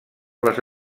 les